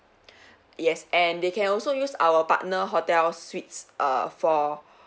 yes and they can also use our partner hotel suites err for